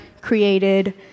created